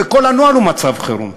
וכל הנוהל הוא מצב חירום.